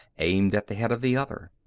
aimed at the head of the other.